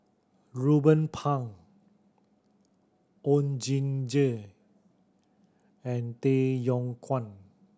Ruben Pang Oon Jin Gee and Tay Yong Kwang